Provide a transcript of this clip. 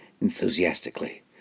enthusiastically